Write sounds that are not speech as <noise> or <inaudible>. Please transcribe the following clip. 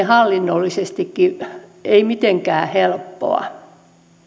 <unintelligible> hallinnollisesti mitenkään helppoa